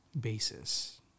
basis